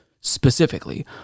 specifically